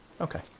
Okay